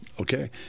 Okay